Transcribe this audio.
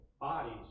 bodies